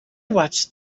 watched